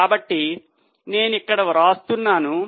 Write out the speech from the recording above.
కాబట్టి నేను ఇక్కడ వ్రాస్తున్నాను